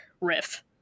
riff